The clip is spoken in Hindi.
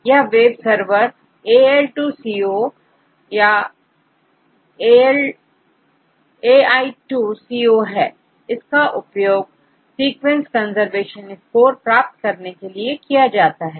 यह वेब सर्वरAL2CO Al2CO है इसका उपयोग सीक्वेंस कंजर्वेशन स्कोर प्राप्त करने के लिए करते हैं